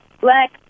black